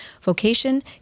vocation